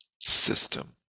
system